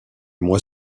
mois